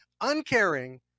uncaring